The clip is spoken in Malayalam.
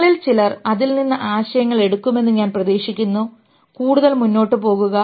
നിങ്ങളിൽ ചിലർ അതിൽ നിന്ന് ആശയങ്ങൾ എടുക്കുമെന്ന് ഞാൻ പ്രതീക്ഷിക്കുന്നു കൂടുതൽ മുന്നോട്ട് പോകുക